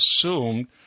assumed